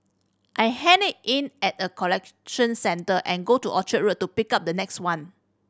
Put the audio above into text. I hand it in at a collection centre and go to Orchard Road to pick up the next one